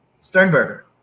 Sternberger